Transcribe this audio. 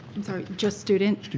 i'm sorry, just student?